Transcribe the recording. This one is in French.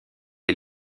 est